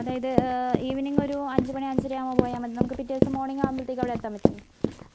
അതായത് ഈവനിങ് ഒരു അഞ്ചു മണി അഞ്ചരയാവുമ്പോൾ പോയാൽ മതി നമുക്ക് പിറ്റേ ദിവസം മോർണിങ്ങാവുമ്പോഴത്തേക്കും അവിടെ എത്താൻ പറ്റില്ലേ